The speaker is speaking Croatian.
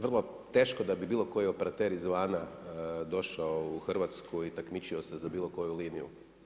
Vrlo teško da bi bilo koji operater iz vana došao u Hrvatsku i takmičio se bilo koju liniju.